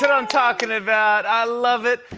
but i'm talking about. i love it.